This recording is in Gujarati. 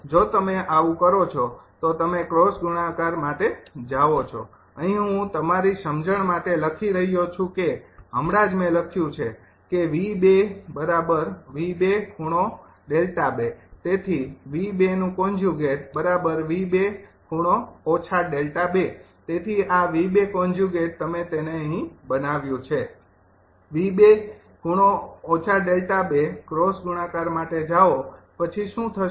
જો તમે આવું કરો છો તો તમે ક્રોસ ગુણાકાર માટે જાઓ છો અહીં હું તમારી સમજણ માટે લખી રહ્યો છું કે હમણાં જ મેં લખ્યું છે કે તેથી તેથી આ તમે તેને અહીં બનાવ્યું છે ક્રોસ ગુણાકાર માટે જાઓ પછી શું થશે